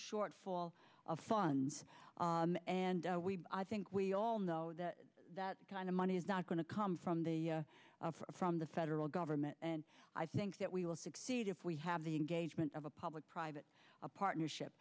shortfall of funds and we i think we all know that that kind of money is not going to come from the from the federal government and i think that we will succeed if we have the engagement of a public private partnership